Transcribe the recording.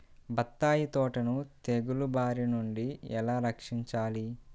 బత్తాయి తోటను తెగులు బారి నుండి ఎలా రక్షించాలి?